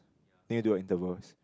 need to do a intervals